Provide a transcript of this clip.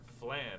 flan